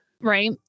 Right